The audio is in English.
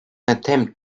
attempt